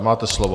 Máte slovo.